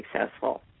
successful